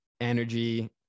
energy